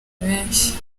benshi